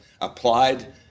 applied